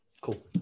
Cool